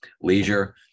Leisure